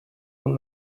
want